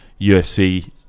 UFC